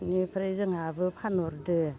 बिनिफ्राय जोंहाबो फानहरदो